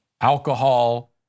alcohol